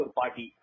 party